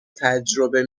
تجربه